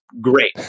great